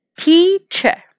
teacher 。